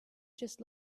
just